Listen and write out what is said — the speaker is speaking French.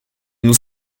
nous